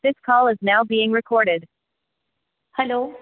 this call is now being recorded hello